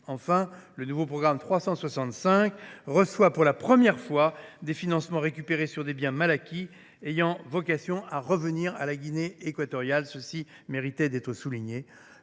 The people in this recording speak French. Enfin, le nouveau programme 365 reçoit, pour la première fois, des financements récupérés sur des biens mal acquis, voués à revenir à la Guinée équatoriale. L’ensemble de ces points